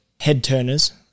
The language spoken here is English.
head-turners